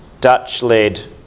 Dutch-led